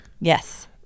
yes